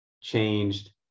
changed